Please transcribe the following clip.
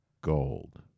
gold